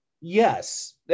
Yes